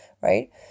Right